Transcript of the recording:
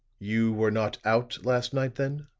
you were not out last night, then?